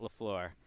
LaFleur